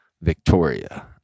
Victoria